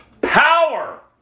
Power